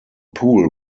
pool